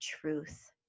truth